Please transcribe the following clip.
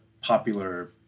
popular